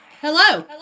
Hello